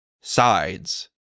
sides